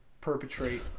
perpetrate